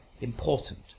important